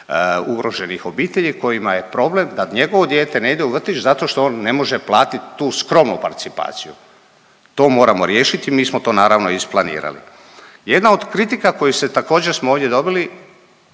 ugroženih obitelji kojima je problem da njegovo dijete ne ide u vrtić zato što on ne može platiti tu skromnu participaciju. To moramo riješiti i mi smo to naravno isplanirali. Jedna od kritika koju se također smo ovdje dobili,